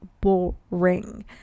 boring